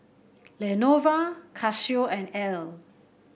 Lenovo Casio and Elle